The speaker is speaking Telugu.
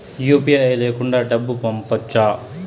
యు.పి.ఐ లేకుండా డబ్బు పంపొచ్చా